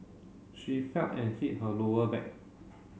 she fell and hit her lower back